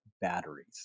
batteries